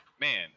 man